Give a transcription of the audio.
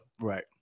right